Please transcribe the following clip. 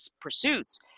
pursuits